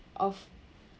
of